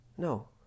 No